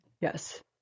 Yes